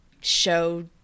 show